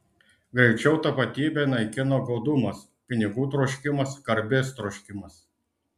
greičiau tapatybę naikina godumas pinigų troškimas garbės troškimas